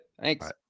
Thanks